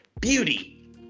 beauty